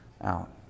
out